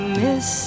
miss